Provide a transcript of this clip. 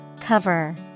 Cover